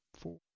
four